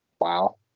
Wow